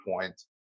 point